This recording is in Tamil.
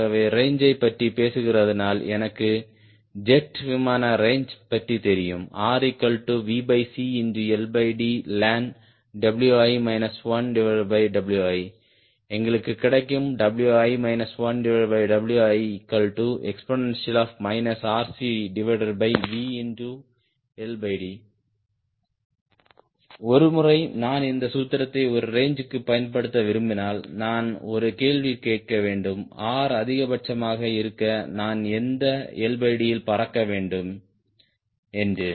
ஆகவே ரேஞ்சைப் பற்றி பேசுகிறதனால் எனக்கு ஜெட் விமான ரேஞ்சு பற்றி தெரியும் RlnWi 1Wi எங்களுக்கு கிடைக்கும் Wi 1Wiexp RCVLD ஒருமுறை நான் இந்த சூத்திரத்தை ஒரு ரேஞ்சுக்கு பயன்படுத்த விரும்பினால் நான் ஒரு கேள்வியைக் கேட்க வேண்டும் R அதிகபட்சமாக இருக்க நான் எந்த LD யில் பறக்க வேண்டும் என்று